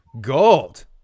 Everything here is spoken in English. gold